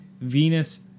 Venus